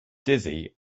dizzy